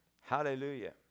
Hallelujah